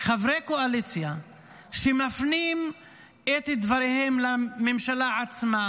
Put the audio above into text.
חברי קואליציה שמפנים את דבריהם לממשלה עצמה,